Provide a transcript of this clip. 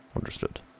Understood